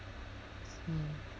mm